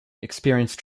experienced